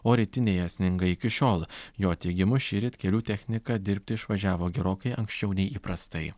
o rytinėje sninga iki šiol jo teigimu šįryt kelių technika dirbti išvažiavo gerokai anksčiau nei įprastai